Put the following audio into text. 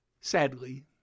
Sadly